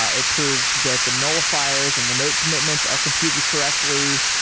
ah it proves that the nullifiers and the note commitments are computed correctly.